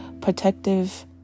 protective